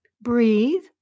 breathe